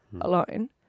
alone